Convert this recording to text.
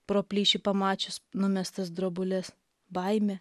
pro plyšį pamačius numestas drobules baimė